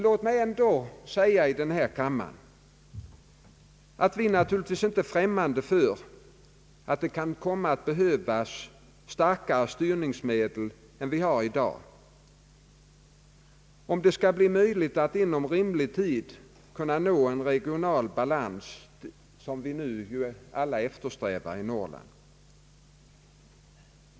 Låt mig säga att vi naturligtvis inte är främmande för att det kan komma att behövas starkare styrningsmedel än dem vi har i dag för att det skall bli möjligt att inom rimlig tid nå den regionala balans i Norrland som vi alla eftersträvar.